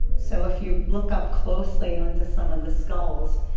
so, if you look up closely onto some of the skulls.